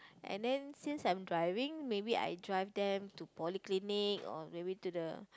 and then since I'm driving maybe I drive them to polyclinic or maybe to the